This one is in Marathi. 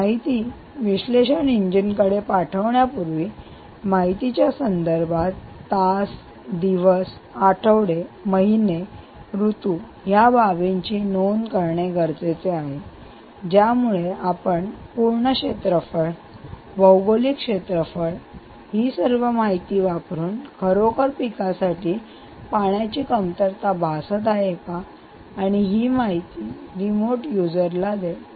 माहिती विश्लेषण इंजिन कडे पाठवण्यापूर्वी माहितीच्या संदर्भात तास दिवस आठवडे महिने ऋतू या बाबींची नोंद करणे गरजेचे आहे ज्यामुळे आपण पूर्ण क्षेत्रफळ भौगोलिक क्षेत्रफळ आणि सर्व माहिती वापरून खरोखर पिकासाठी पाण्याची कमतरता भासत आहे का आणि ही माहिती रिमोट युजरला देणे